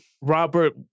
Robert